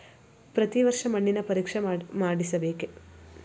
ಪ್ರತಿ ವರ್ಷ ಮಣ್ಣಿನ ಪರೀಕ್ಷೆ ಮಾಡಿಸಬೇಕೇ?